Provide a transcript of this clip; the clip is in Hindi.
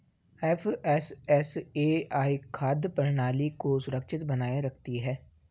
एफ.एस.एस.ए.आई खाद्य प्रणाली को सुरक्षित बनाए रखती है